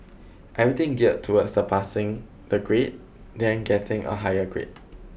everything geared towards the passing the grade then getting a higher grade